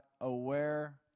aware